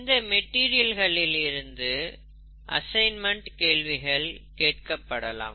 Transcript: இந்த மெட்டீரியல்களில் இருந்து அசைன்மென்ட் கேள்விகள் கேட்கப்படலாம்